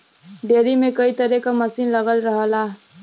dairy में कई तरे क मसीन लगल रहला